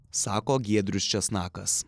sako giedrius česnakas